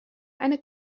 eine